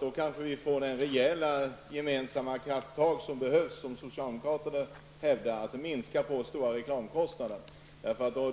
Då kanske vi får de rejäla gemensamma krafttag som behövs, enligt vad socialdemokraterna hävdar, för att minska på de stora reklamkostnaderna.